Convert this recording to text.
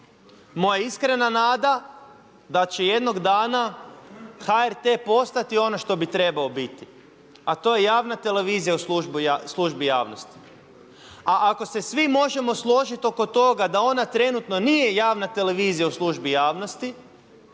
Moja iskrena nada da će jednog dana HRT postati ono što bi trebao biti a to je javna televizija u službi javnosti. A ako se svi možemo složiti oko toga da ona trenutno nije javna televizija u službi javnosti